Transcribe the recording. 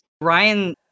ryan